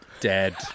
dead